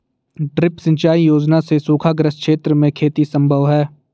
drip सिंचाई योजना से सूखाग्रस्त क्षेत्र में खेती सम्भव है